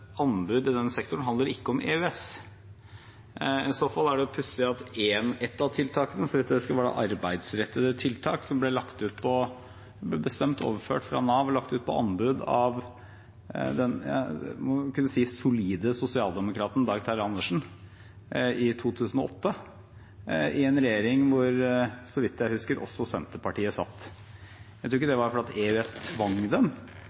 anbud i denne sektoren handler ikke om EØS. I så fall er det pussig at et av tiltakene, så vidt jeg husker var det arbeidsrettede tiltak, ble bestemt overført fra Nav og lagt ut på anbud av den, jeg må vel kunne si, solide sosialdemokraten Dag Terje Andersen i 2008, av en regjering hvor, så vidt jeg husker, også Senterpartiet satt. Jeg tror ikke det var fordi EØS tvang dem.